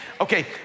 Okay